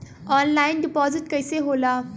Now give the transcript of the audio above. Online deposit कैसे होला?